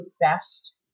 best